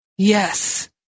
Yes